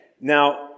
Now